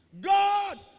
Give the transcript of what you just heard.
God